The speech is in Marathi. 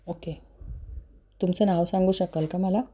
ओके तुमचं नाव सांगू शकाल का मला